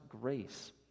grace